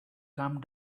come